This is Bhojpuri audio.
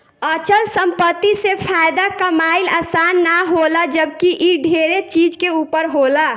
अचल संपत्ति से फायदा कमाइल आसान ना होला जबकि इ ढेरे चीज के ऊपर होला